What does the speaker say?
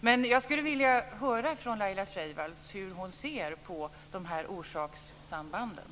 Men jag skulle vilja höra från Laila Freivalds hur hon ser på orsakssambanden.